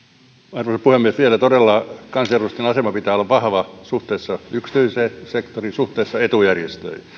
arvoisa puhemies vielä todella kansanedustajan aseman pitää olla vahva suhteessa yksityiseen sektoriin suhteessa etujärjestöihin